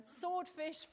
swordfish